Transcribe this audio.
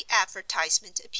advertisement